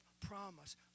promise